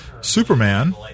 Superman